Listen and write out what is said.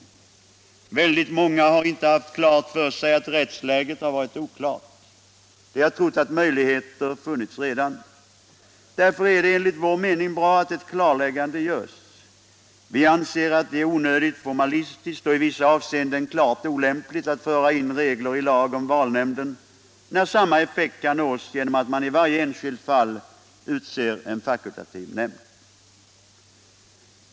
Väldigt många har inte insett att rättsläget varit oklart. De har trott att möjligheter funnits redan. Därför är det enligt vår mening bra att ett klarläggande görs. Vi anser att det är onödigt formalistiskt, och i vissa avseenden klart olämpligt, att föra in regler i lag om valnämnden, när samma effekt kan nås genom att man i varje enskilt fall utser en fakultativ nämnd.